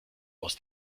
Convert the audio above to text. aus